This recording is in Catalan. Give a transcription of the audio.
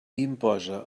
imposa